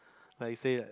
like say like